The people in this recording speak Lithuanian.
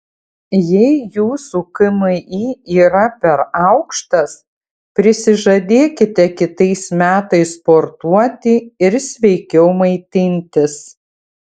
jei jūsų kmi yra per aukštas prisižadėkite kitais metais sportuoti ir sveikiau maitintis